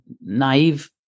naive